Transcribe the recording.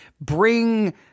bring—